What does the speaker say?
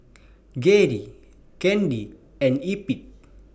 Gerry Candy and Eppie